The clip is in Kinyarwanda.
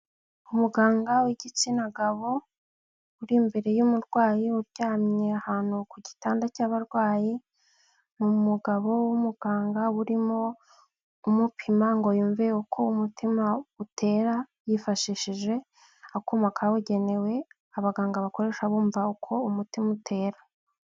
Umuganga w'igitsina gabo uri imbere y'umurwayi uryamye ahantu ku gitanda cy'abarwayi, ni umugabo w'umuganga urimo umupima ngo yumve uko umutima utera yifashishije akuma kabugenewe abaganga bakoresha bumva uko umutima utera.